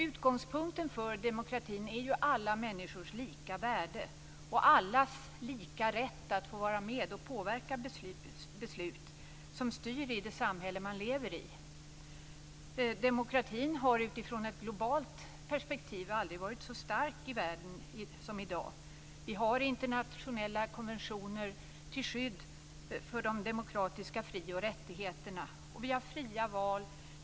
Utgångspunkten för demokratin är alla människors lika värde och allas lika rätt att få vara med och påverka beslut som styr i det samhälle som man lever i. Demokratin har utifrån ett globalt perspektiv aldrig varit så stark i världen som i dag. Vi har internationella konventioner till skydd för de demokratiska fri och rättigheterna. Vi har fria val.